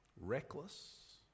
Reckless